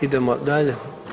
Idemo dalje.